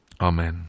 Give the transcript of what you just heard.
Amen